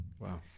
Wow